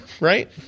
right